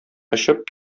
очып